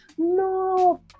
No